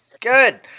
good